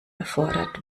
erfordert